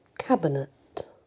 Cabinet